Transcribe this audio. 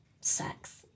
sex